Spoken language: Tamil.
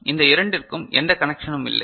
எனவே இந்த இரண்டிற்கும் எந்த கனெக்சனும் இல்லை